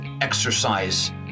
exercise